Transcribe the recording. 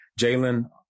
Jalen